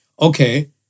Okay